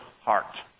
heart